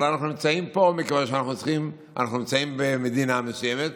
אבל אנחנו נמצאים פה מכיוון שאנחנו נמצאים במדינה מסוימת,